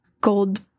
gold